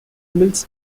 mills